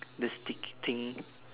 the sticky thing